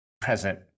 present